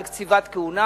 על קציבת כהונה.